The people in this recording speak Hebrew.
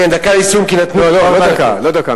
כן, דקה לסיום כי נתנו, לא, לא דקה, לא דקה.